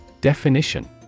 Definition